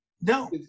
No